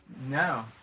no